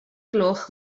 gloch